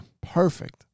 Perfect